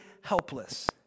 helpless